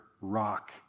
rock